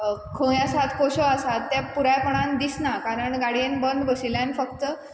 खंय आसात कश्यो आसात त्यो पुरायपणान दिसनात कारण गाडयेन बंद बशिल्ल्यान फक्त